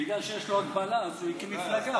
בגלל שיש לו הגבלה, הוא הקים מפלגה.